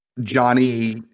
Johnny